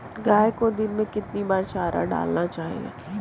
गाय को दिन में कितनी बार चारा डालना चाहिए?